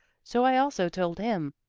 so i also told him,